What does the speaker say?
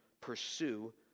pursue